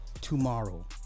tomorrow